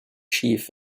chief